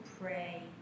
pray